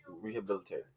rehabilitate